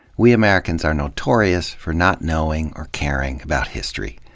we americans are notorious for not knowing or caring about history.